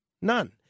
none